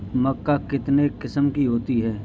मक्का कितने किस्म की होती है?